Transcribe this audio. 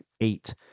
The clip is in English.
eight